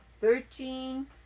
thirteen